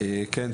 כן.